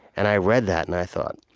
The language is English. and i read that, and i thought,